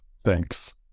Thanks